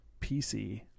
PC